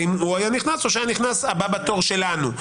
האם הוא היה נכנס או שהיה נכנס הבא בתור שלנו?